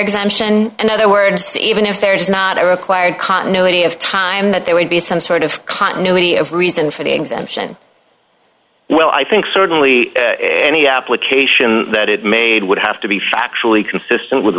exemption and other words even if there is not a required continuity of time that there would be some sort of continuity of reason for the exemption well i think certainly any application that it made would have to be factually consistent with